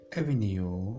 avenue